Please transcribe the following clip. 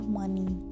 money